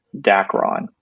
Dacron